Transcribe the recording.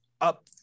Up